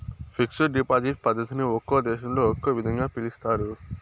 fixed deposit పద్ధతిని ఒక్కో దేశంలో ఒక్కో విధంగా పిలుస్తారు